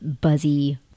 buzzy